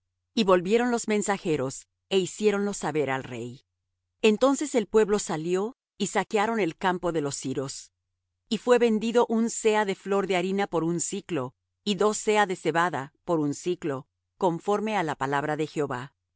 y volvieron los mensajeros é hiciéronlo saber al rey entonces el pueblo salió y saquearon el campo de los siros y fué vendido un seah de flor de harina por un siclo y dos seah de cebada por un siclo conforme á la palabra de jehová